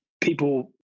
people